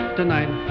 tonight